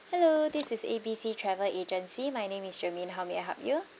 hello this is A B C travel agency my name is shermaine how may I help you